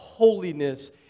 Holiness